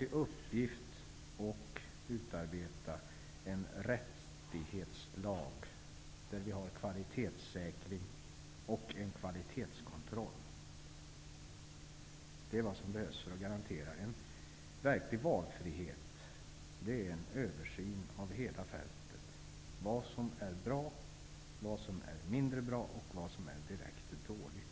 med uppgift att utarbeta en rättighetslag i vilken en kvalitetssäkring och kvalitetskontroll ingår. Vad som behövs för att garantera en verklig valfrihet är en översyn över hela fältet; vad som är bra, vad som är mindre bra och vad som är direkt dåligt.